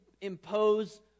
impose